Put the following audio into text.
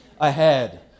ahead